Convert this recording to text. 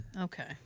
okay